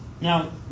Now